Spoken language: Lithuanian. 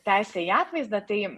teisę į atvaizdą tai